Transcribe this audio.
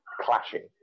clashing